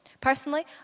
Personally